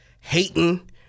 hating